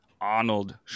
Arnold